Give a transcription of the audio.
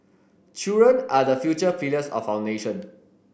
children are the future pillars of our nation